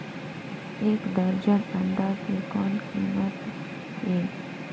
एक दर्जन अंडा के कौन कीमत हे?